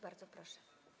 Bardzo proszę.